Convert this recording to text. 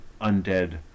undead